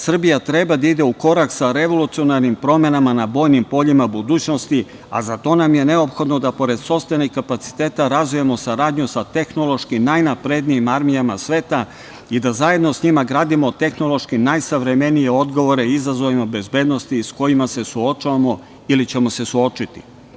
Srbija treba da ide u korak sa revolucionarnim promenama na bojnim poljima budućnosti, a za to nam je neophodno da pored sopstvenih kapaciteta razvijemo saradnju sa tehnološki najnaprednijim armijama sveta i da zajedno sa njima gradimo tehnološki najsavremenije odgovore izazovima bezbednosti sa kojima se suočavamo ili ćemo se suočiti.